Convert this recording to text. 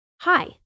Hi